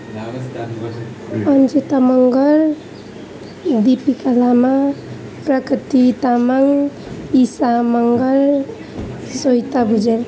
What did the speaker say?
Anjita Magar Dipika Lama Prakriti Tamang Isha Magar Shweta Bhujel